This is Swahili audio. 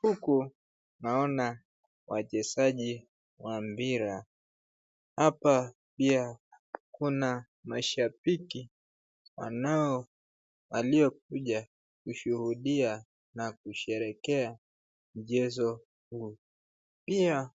Huku naona wachezaji wa mpira, hapa pia kuna mashabiki waliokuja kushuhudia na kusherehekea mchezo huu pia